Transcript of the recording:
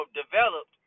developed